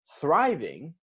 thriving